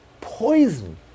Poison